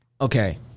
Okay